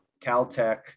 caltech